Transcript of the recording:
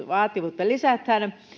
vaativuutta lisätään